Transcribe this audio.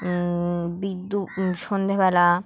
B দু সন্ধ্যেবেলা